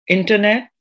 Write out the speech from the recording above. Internet